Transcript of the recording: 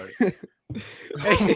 hey